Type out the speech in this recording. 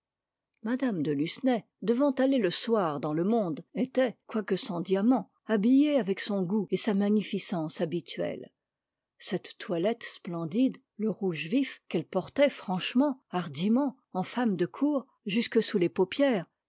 mme de lucenay devant aller le soir dans le monde était quoique sans diamants habillée avec son goût et sa magnificence habituels cette toilette splendide le rouge vif qu'elle portait franchement hardiment en femme de cour jusque sous les paupières